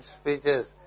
speeches